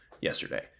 yesterday